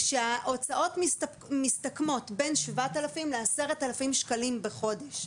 ההוצאות מסתכמות בין 7,000 ל-10,000 שקלים בחודש.